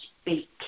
speak